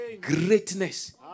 greatness